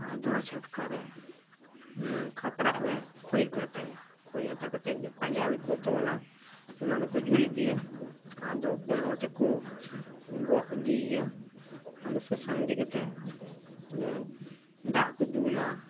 ᱟᱫᱚ ᱪᱷᱟᱴᱠᱟ ᱨᱮ ᱠᱷᱟᱯᱨᱟᱜ ᱨᱮ ᱠᱷᱳᱭ ᱠᱚ ᱟᱛᱟᱭᱟ ᱠᱷᱳᱭ ᱟᱛᱟᱠᱟᱛᱮ ᱯᱟᱡᱟᱞᱤ ᱠᱚ ᱛᱚᱞᱟ ᱚᱱᱟ ᱫᱚᱠᱚ ᱡᱩᱞ ᱤᱫᱤᱭᱟ ᱟᱫᱚ ᱯᱩᱱ ᱦᱚᱲ ᱛᱮᱠᱚ ᱜᱚᱜ ᱤᱫᱤᱭᱮᱭᱟ ᱟᱫᱚ ᱥᱚᱥᱟᱱ ᱤᱫᱤ ᱠᱟᱛᱮ ᱫᱟᱜ ᱠᱚ ᱫᱩᱞᱟ